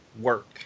work